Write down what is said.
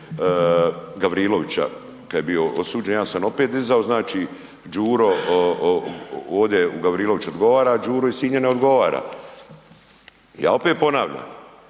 Gavrilovića kad je bio osuđen, ja san opet dizao, znači Đuro ovdje u Gavriloviću odgovara, Đuro iz Sinja ne odgovara. Ja opet ponavljam,